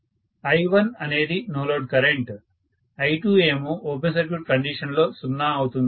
student 4403 professor I1 అనేది no load current I2 ఏమో open circuit condition లో సున్నా అవుతుంది